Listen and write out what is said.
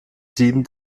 sieben